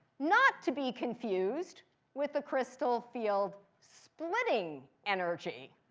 not to be confused with the crystal field splitting energy.